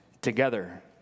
together